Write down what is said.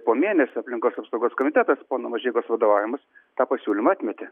po mėnesio aplinkos apsaugos komitetas pono mažeikos vadovaujamas tą pasiūlymą atmetė